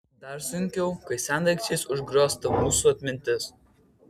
dar sunkiau kai sendaikčiais užgriozta mūsų atmintis